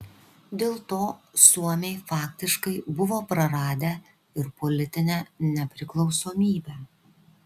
dėl to suomiai faktiškai buvo praradę ir politinę nepriklausomybę